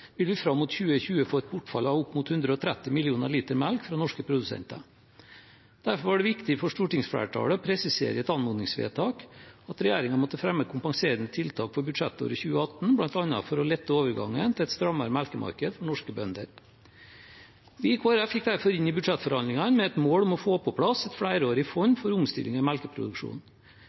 vil vi fram mot 2020 få et bortfall av opp mot 130 millioner liter melk fra norske produsenter. Derfor var det viktig for stortingsflertallet å presisere i et anmodningsvedtak at regjeringen måtte fremme kompenserende tiltak for budsjettåret 2018, bl.a. for å lette overgangen til et strammere melkemarked for norske bønder. Vi i Kristelig Folkeparti gikk derfor inn i budsjettforhandlingene med et mål om å få på plass et flerårig fond for omstilling i melkeproduksjonen.